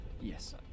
Yes